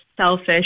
selfish